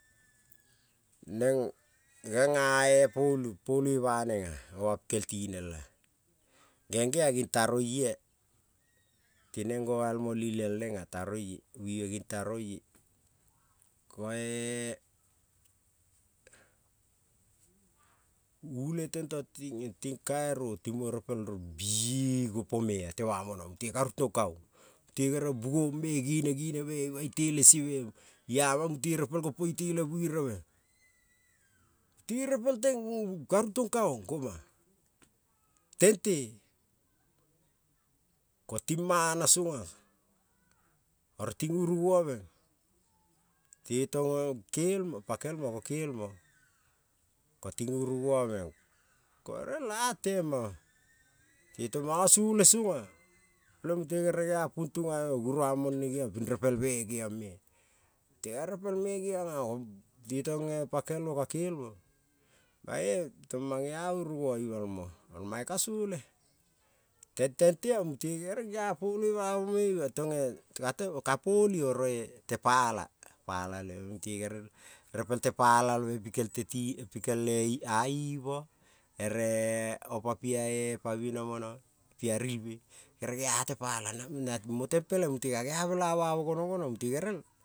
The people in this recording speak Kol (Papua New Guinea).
Neng genga-e poloi banenga, oma kel tinel-a, geng-ga-e neng-a torie, vive ging taroie ko-e ule tento ting, ting kairo timo repel rong bii-popume a tema mong mute ko rutong kaong, mute gere bugo-ong me gene geneme ima itele se me, iama mute repel gopo itele vereve, mute repel teng ka rutong kaong goma, tente ko ti-mana song-a oro ting uravave, te tong-e kel mo pakel mo ko kel mo ko ting urava meng, ko gerel atema teto manga sole song-a peleng mute gere gea pongtang ave goruang mone geviang ping repelmo geong-me, mute repel me giang-a te tang pakelmo ka kel mo koiung tange mang-oge a uruva imal mo oro mae ka sole, ton tontea mute gere gea poloi bamo me ima tonge ka poli oroe te pala mute gerel repel te palalve pikel a iva, ere apa piae pavena muna pia rilve kerel gea te pala mo teng peleng mute ka gea mela vamo gonong, gonong mute gerel.